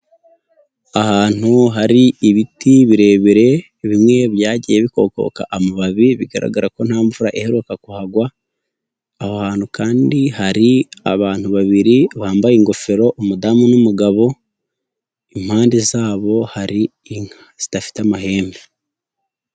Ahantu hari ibiti birebire bimwe byagiye bikokoka amababi bigaragara ko nta mvura iheruka kuhagwa, aho hantu kandi hari abantu babiri bambaye ingofero, umudamu n'umugabo, impande zabo hari inka zidafite amahembe.